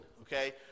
Okay